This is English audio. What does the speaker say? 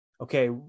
okay